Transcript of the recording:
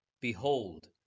Behold